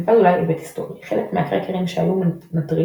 מלבד אולי היבט היסטורי חלק מהקראקרים שהיו מנטרלים